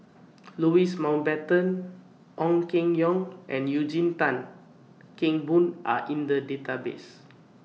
Louis Mountbatten Ong Keng Yong and Eugene Tan Kheng Boon Are in The Database